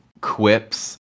quips